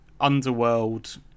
underworld